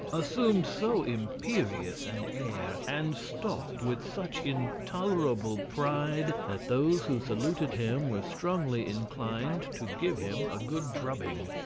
assumed so imperious an air, and stalked with such intolerable pride, that those who saluted him were strongly inclined to give him a good drubbing.